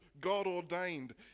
God-ordained